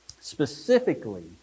Specifically